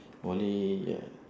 only ya